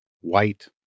white